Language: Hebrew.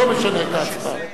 לא משנה את ההצבעה.